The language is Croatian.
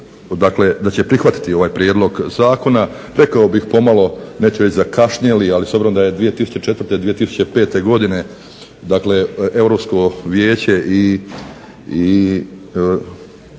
dakle da će prihvatiti ovaj prijedlog zakona. Rekao bih pomalo, neću reći zakašnjeli, ali s obzirom da je 2004./2005. godine dakle Europsko vijeće i